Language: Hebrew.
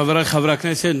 חברי חברי הכנסת,